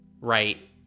right